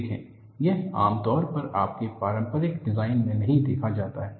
देखें यह आमतौर पर आपके पारंपरिक डिजाइन में नहीं देखा जाता है